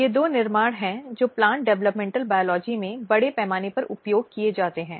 ये दो निर्माण जो प्लांट डेवलपमेंट बायोलॉजी में बड़े पैमाने पर उपयोग किए जाते हैं